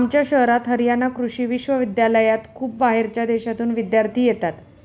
आमच्या शहरात हरयाणा कृषि विश्वविद्यालयात खूप बाहेरच्या देशांतून विद्यार्थी येतात